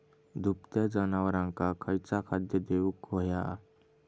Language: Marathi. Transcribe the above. दुभत्या जनावरांका खयचा खाद्य देऊक व्हया?